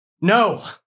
no